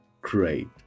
Great